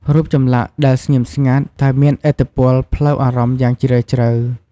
រូបចម្លាក់ដែលស្ងៀមស្ងាត់ តែមានឥទ្ធិពលផ្លូវអារម្មណ៍យ៉ាងជ្រាលជ្រៅ។